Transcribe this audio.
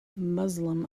muslim